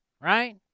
right